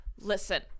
Listen